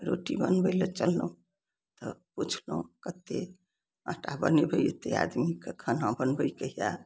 रोटी बनबय लए चललहुँ तऽ पुछलहुँ कत्ते आटा बनेबय एते आदमीके खाना बनबयके यऽ